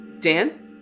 Dan